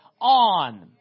on